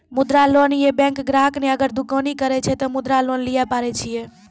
मुद्रा लोन ये बैंक ग्राहक ने अगर दुकानी करे छै ते मुद्रा लोन लिए पारे छेयै?